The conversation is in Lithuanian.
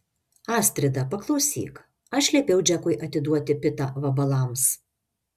astrida paklausyk aš liepiau džekui atiduoti pitą vabalams